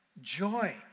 joy